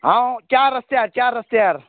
हांव चार रस्त्यार चार रस्त्यार